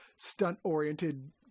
stunt-oriented